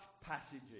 passages